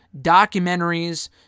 documentaries